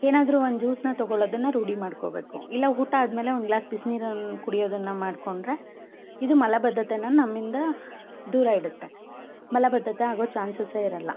ಏನಾದರು ಒಂದು ಜ್ಯೂಸ್ನ ತೊಗೊಳುದನ್ನು ರೂಢಿ ಮಾಡಿಕೋಬೇಕು ಇಲ್ಲ ಊಟ ಆದಮೇಲೆ ಒಂದು ಗ್ಲಾಸ್ ಬಿಸಿನೀರನ್ ಕುಡಿಯೋದನ್ನು ಮಾಡಿಕೊಂಡ್ರೆ ಇದು ಮಲಬದ್ಧತೆಯನ್ನು ನಮ್ಮಿಂದ ದೂರಯಿಡುತ್ತೆ ಮಲಬದ್ಧತೆ ಆಗೋ ಚಾನ್ಸಸೆ ಇರೊಲ್ಲ